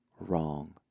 wrong